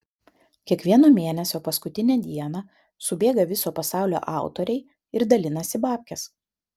kiekvieno mėnesio paskutinę dieną subėga viso pasaulio autoriai ir dalinasi babkes